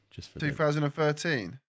2013